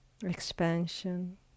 expansion